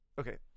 okay